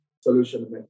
solution